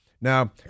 Now